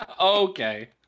Okay